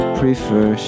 prefer